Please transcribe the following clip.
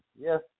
yes